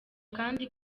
kandi